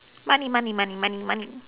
money money money money money